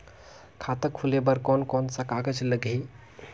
खाता खुले बार कोन कोन सा कागज़ लगही?